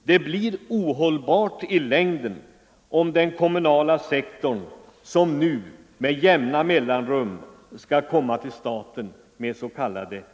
Det blir ohållbart i längden, om den kommunala sektorn, Nr 114 som nu, med jämna mellanrum skall komma till staten med ”efterräk Onsdagen den ningar.